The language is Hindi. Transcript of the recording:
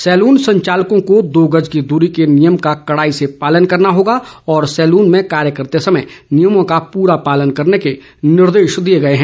सैलून संचालकों को दो गर्ज की दूरी के नियम का कड़ाई से पालन करना होगा और सैलून में कार्य करते समय नियमों का पूरा पालन करने के निर्देश दिए गए हैं